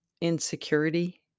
insecurity